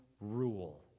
rule